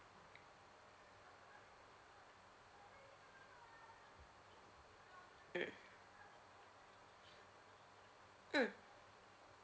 mm mm